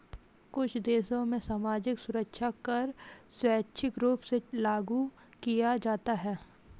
कुछ देशों में सामाजिक सुरक्षा कर स्वैच्छिक रूप से लागू किया जाता है